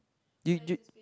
did you